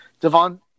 Devon